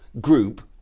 group